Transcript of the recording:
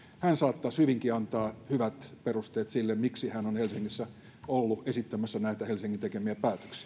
hän saattaisi hyvinkin antaa hyvät perusteet sille miksi hän on helsingissä ollut esittämässä näitä helsingin tekemiä